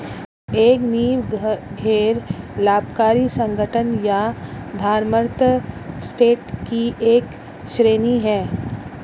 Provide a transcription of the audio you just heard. एक नींव गैर लाभकारी संगठन या धर्मार्थ ट्रस्ट की एक श्रेणी हैं